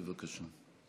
בבקשה.